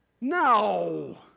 no